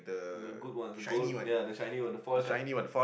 the good ones the gold ya the shiny one the foil cut